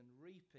reaping